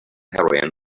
heroine